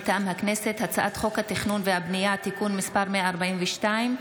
מטעם הכנסת: הצעת חוק התכנון והבנייה (תיקון מס' 142)